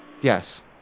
Yes